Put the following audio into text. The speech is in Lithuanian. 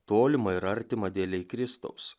tolimą ir artimą dėlei kristaus